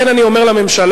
לכן, אני אומר לממשלה: